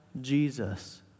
Jesus